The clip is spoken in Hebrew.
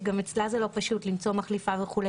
שגם אצלה לא פשוט למצוא מחליפה וכו'